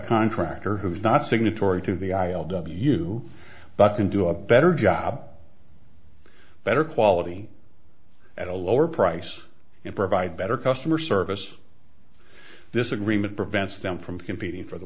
contractor who is not signatory to the i l w u but can do a better job better quality at a lower price and provide better customer service this agreement prevents them from competing for the